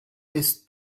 ist